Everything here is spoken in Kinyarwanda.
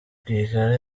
rwigara